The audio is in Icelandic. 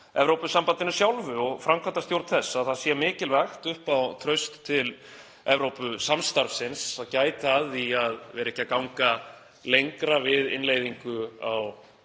Evrópusambandinu sjálfu og framkvæmdastjórn þess að það sé mikilvægt upp á traust til Evrópusamstarfsins að gæta að því að vera ekki að ganga lengra við innleiðingu á